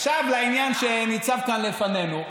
עכשיו לעניין שניצב כאן לפנינו.